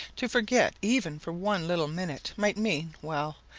to forget even for one little minute might mean well,